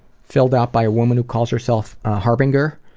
filled out by a woman who calls herself harbinger.